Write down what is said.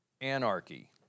anarchy